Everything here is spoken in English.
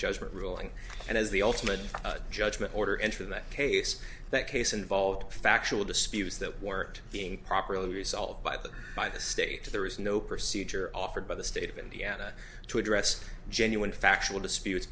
judgment ruling and as the ultimate judgment order entry in that case that case involved factual disputes that worked being properly resolved by the by the state there is no procedure offered by the state of indiana to address genuine factual disputes